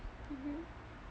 mmhmm